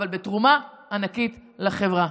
אלא בתרומה ענקית לחברה.